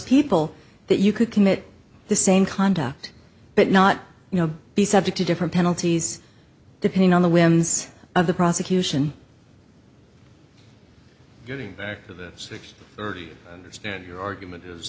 people that you could commit the same conduct but not you know be subject to different penalties depending on the whims of the prosecution getting back to the six thirty and your argument is